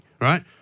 Right